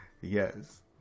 yes